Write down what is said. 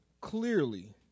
clearly